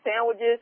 sandwiches